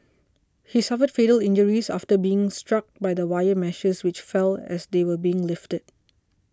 he suffered fatal injuries after being struck by the wire meshes which fell as they were being lifted